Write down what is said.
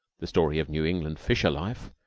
the story of new england fisher life,